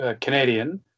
Canadian